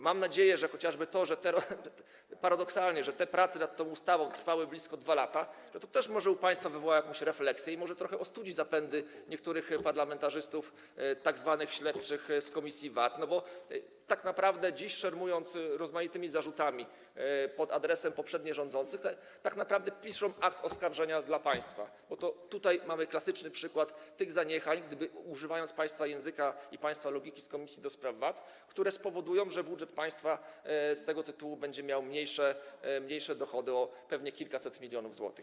Mam nadzieję, że chociażby to, paradoksalnie, że prace nad tą ustawą trwały blisko 2 lata, też może u państwa wywoła jakąś refleksję i może trochę ostudzi zapędy niektórych parlamentarzystów, tzw. śledczych z komisji VAT, bo oni dziś szermując rozmaitymi zarzutami pod adresem poprzednio rządzących, tak naprawdę piszą akt oskarżenia dla państwa, tutaj bowiem mamy klasyczny przykład tych zaniechań, używając państwa języka i państwa logiki z komisji do spraw VAT, które spowodują, że budżet państwa z tego tytułu będzie miał dochody mniejsze o pewnie kilkaset milionów złotych.